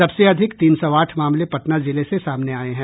सबसे अधिक तीन सौ आठ मामले पटना जिले से सामने आये हैं